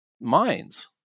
minds